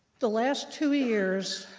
the last two years,